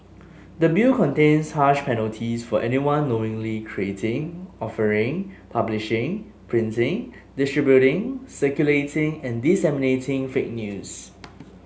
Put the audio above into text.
the Bill contains harsh penalties for anyone knowingly creating offering publishing printing distributing circulating and disseminating fake news